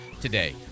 today